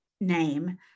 name